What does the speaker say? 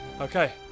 Okay